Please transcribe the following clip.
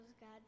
God